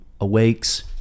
awakes